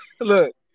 look